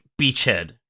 Beachhead